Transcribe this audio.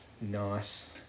Nice